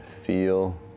Feel